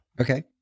Okay